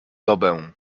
dobę